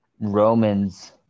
Romans